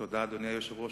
תודה, אדוני היושב-ראש.